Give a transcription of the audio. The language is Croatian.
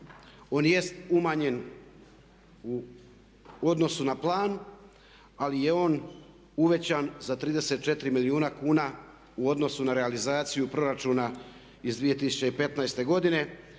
on jest umanjen u odnosu na plan ali je on uvećan za 34 milijuna kuna u odnosu na realizaciju proračuna iz 2015. godine